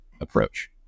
approach